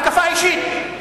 התקפה אישית.